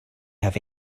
have